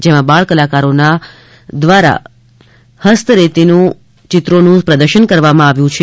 જેમાં બાળકલાકારોના હસ્ત રેની ચિત્રોનું પ્રદર્શન કરવામાં આવ્યું છે